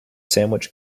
sandwich